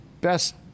best